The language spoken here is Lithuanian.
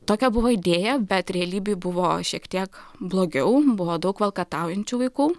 tokia buvo idėja bet realybėj buvo šiek tiek blogiau buvo daug valkataujančių vaikų